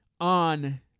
on